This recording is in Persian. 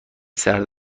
سرد